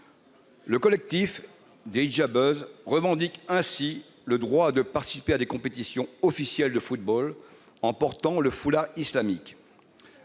Le collectif Les Hijabeuses revendique ainsi le droit de participer à des compétitions officielles de football en portant le foulard islamique.